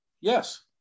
Yes